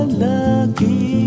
lucky